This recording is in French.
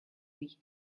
lui